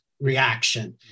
reaction